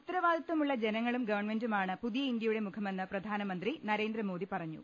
ഉത്തരവാദിത്വമുള്ള ജനങ്ങളും ഗവൺമെന്റുമാണ് പുതിയ ഇന്ത്യയുടെ മുഖമെന്ന് പ്രധാനമന്ത്രി നരേന്ദ്രമോദി പറഞ്ഞു